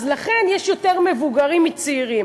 אז לכן יש יותר מבוגרים מצעירים,